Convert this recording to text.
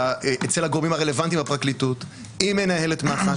אצל הגורמים הרלוונטיים בפרקליטות עם מנהלת מח"ש.